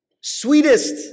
sweetest